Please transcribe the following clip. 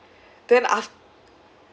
then